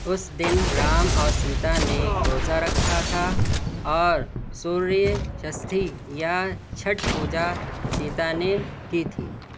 اس دن رام اور سیتا نے روزہ رکھا تھا اور سوریہ شستھی یا چھٹ پوجا سیتا نے کی تھی